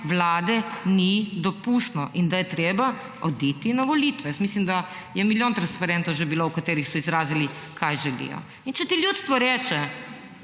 vlade ni dopustno in da je treba oditi na volitve. Jaz mislim, da je milijon transparentov že bilo, v katerih so izrazili, kaj želijo. In če ti ljudstvo reče,